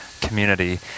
community